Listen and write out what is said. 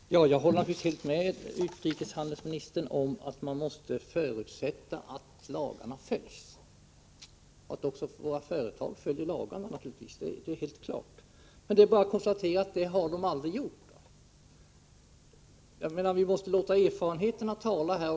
Herr talman! Jag håller naturligtvis helt med utrikeshandelsministern om att man måste förutsätta att lagarna följs och att också våra företag följer lagarna — det är självklart. Men det är bara att konstatera att det har de aldrig gjort. Vi måste låta erfarenheterna tala här.